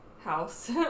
house